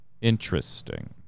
Interesting